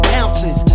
ounces